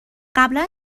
قبلا